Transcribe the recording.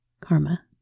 karma